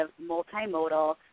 multimodal